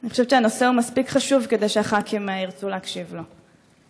אני חושבת שהנושא מספיק חשוב כדי שהח"כים ירצו להקשיב לו.